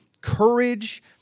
courage